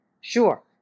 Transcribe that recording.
Sure